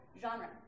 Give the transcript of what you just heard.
genre